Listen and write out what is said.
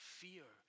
fear